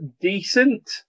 decent